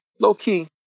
low-key